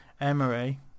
Emery